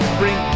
bring